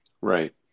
right